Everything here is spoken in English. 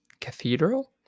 Cathedral